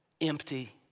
empty